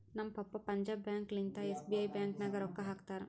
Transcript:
ನಮ್ ಪಪ್ಪಾ ಪಂಜಾಬ್ ಬ್ಯಾಂಕ್ ಲಿಂತಾ ಎಸ್.ಬಿ.ಐ ಬ್ಯಾಂಕ್ ನಾಗ್ ರೊಕ್ಕಾ ಹಾಕ್ತಾರ್